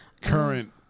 Current